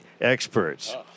experts